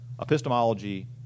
epistemology